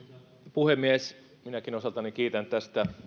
puhemies minäkin osaltani kiitän tästä